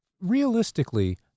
realistically